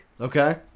Okay